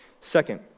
Second